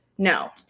No